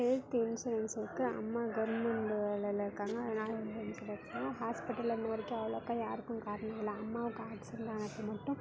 health இன்சூரன்ஸுக்கு அம்மா government வேலையில் இருக்காங்க அதனால் வந்து இன்சூரன்ஸ் பார்த்திங்கன்னா ஹாஸ்ப்பிட்டலில் இன்னை வரைக்கும் அவ்வளோக்கா யாருக்கும் காட்டினது இல்லை அம்மாவுக்கு ஆக்சிடெண்ட் ஆனதுக்கு மட்டும்